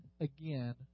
again